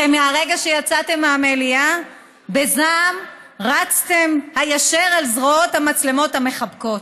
הרי מהרגע שיצאתם מהמליאה בזעם רצתם היישר אל זרועות המצלמות המחבקות.